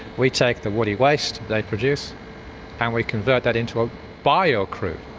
we take the woody waste they produce and we convert that into a bio-crude.